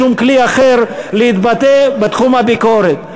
שום כלי אחר להתבטא בתחום הביקורת.